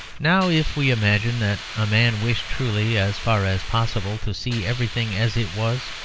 now if we imagine that a man wished truly, as far as possible, to see everything as it was,